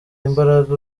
imbaraga